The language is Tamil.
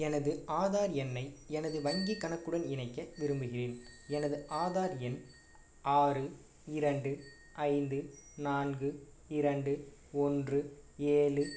எனது ஆதார் எண்ணை எனது வங்கிக் கணக்குடன் இணைக்க விரும்புகிறேன் எனது ஆதார் எண் ஆறு இரண்டு ஐந்து நான்கு இரண்டு ஒன்று ஏழு